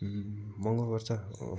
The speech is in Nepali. महँगो गर्छ हो